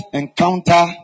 encounter